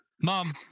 mom